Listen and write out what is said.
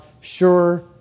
sure